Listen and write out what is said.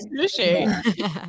Sushi